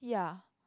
ya